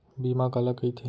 बीमा काला कइथे?